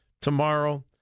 tomorrow